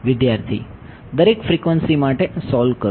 વિદ્યાર્થી દરેક ફ્રિકવન્સી માટે સોલ્વ કરો